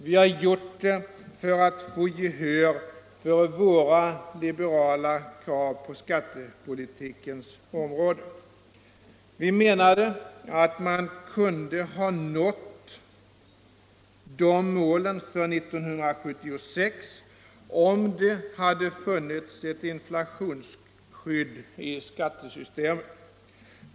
Vi har gjort det för att få gehör för våra liberala krav på skattepolitikens område. Vi menade att man kunde ha nått de målen för 1976, om det hade funnits ett inflationsskydd i skattesystemet.